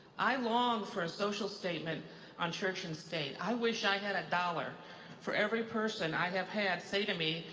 i long for a social statement on church and state. i wish i had a dollar for every person i have had say to me,